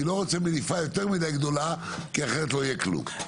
אני לא רוצה מניפה יותר מידי גדולה לא יהיה כלום.